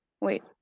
wait